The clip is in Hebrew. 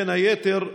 בין היתר,